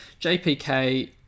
JPK